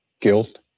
guilt